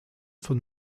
von